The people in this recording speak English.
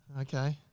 Okay